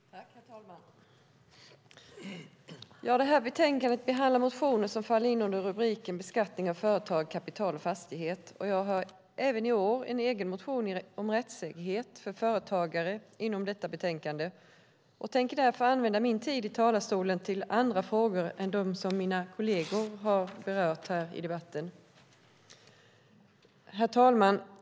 Herr talman! Detta betänkande behandlar motioner som faller in under rubriken Beskattning av företag, kapital och fastighet. Jag har även i år en egen motion om rättssäkerhet för företagare som behandlas i detta betänkande. Jag tänker därför använda min tid i talarstolen till andra frågor än de som mina kolleger har berört här i debatten. Herr talman!